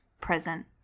present